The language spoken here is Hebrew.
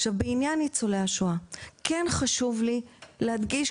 בעניין ניצולי השואה: כן חשוב לי להדגיש,